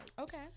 Okay